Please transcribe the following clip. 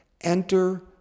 enter